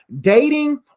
dating